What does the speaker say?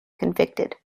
convicted